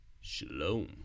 Shalom